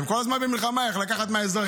הם כל הזמן במלחמה, איך לקחת מהאזרחים.